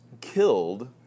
killed